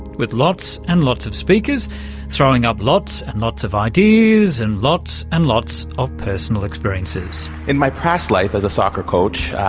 with lots and lots of speakers throwing up lots and lots of ideas and lots and lots of personal experiences. in my past life as a soccer coach,